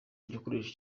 igikoresho